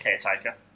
Caretaker